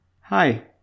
Hi